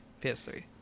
PS3